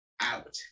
out